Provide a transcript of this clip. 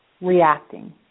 reacting